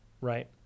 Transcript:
right